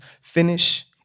finish